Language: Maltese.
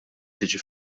tiġi